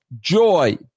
joy